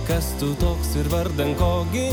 kas tu toks ir vardan ko gi